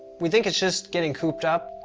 we think it's just getting cooped up.